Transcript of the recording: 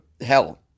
hell